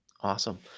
Awesome